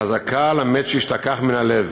חזקה על המת שישתכח מן הלב.